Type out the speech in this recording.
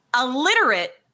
illiterate